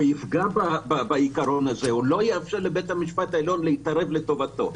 יפגע בעיקרון הזה או לא יאפשר לבית המשפט העליון להתערב לטובתו,